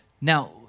Now